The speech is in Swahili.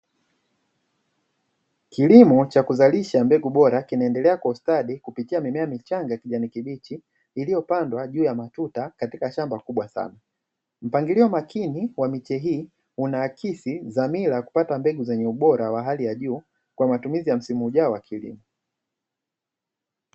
Kilimo cha kuzalisha mbegu bora kinaendelea kwa ustadi kupitia mimea michanga kijani kibichi iliyopandwa juu ya matuta katika shamba kubwa sana, mpangilio makini wa miche hii unaakisi dhamira kupata mbegu zenye ubora wa hali ya juu kwa matumizi ya msimu ujao wa kilimo.